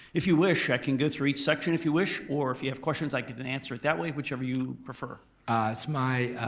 if you wish, i can go through each section if you wish or if you have questions, i can can answer it that way whichever you prefer. it's my